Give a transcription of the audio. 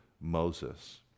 Moses